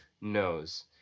knows